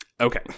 Okay